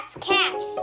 cats